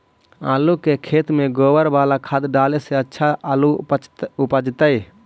आलु के खेत में गोबर बाला खाद डाले से अच्छा आलु उपजतै?